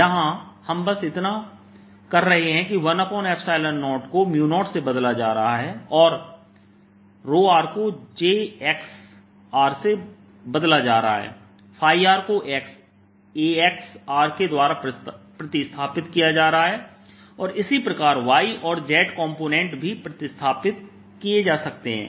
यहां हम बस इतना कर रहे हैं कि 10 को 0 से बदला जा रहा है और को jx से बदला जा रहा है r को Axr के द्वारा प्रतिस्थापित किया जा रहा है और इसी प्रकार y और z कॉम्पोनेंट भी प्रतिस्थापित किए जा सकते हैं